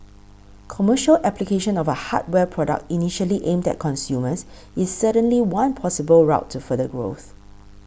commercial application of a hardware product initially aimed at consumers is certainly one possible route to further growth